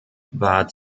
war